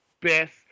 best